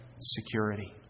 security